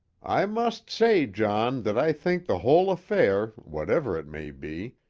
i must say, john, that i think the whole affair, whatever it may be,